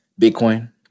Bitcoin